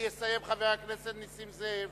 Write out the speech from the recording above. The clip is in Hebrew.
ויסיים חבר הכנסת נסים זאב.